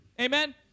Amen